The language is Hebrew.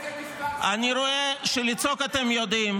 אני רואה שלצעוק אתם יודעים,